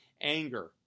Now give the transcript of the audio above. Anger